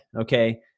Okay